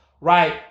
right